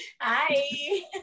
Hi